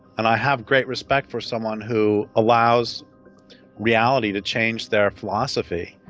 and i have great respect for someone who allows reality to change their philosophy,